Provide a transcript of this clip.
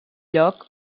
lloc